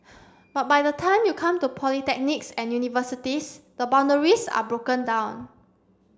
but by the time you come to polytechnics and universities the boundaries are broken down